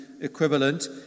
equivalent